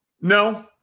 No